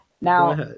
now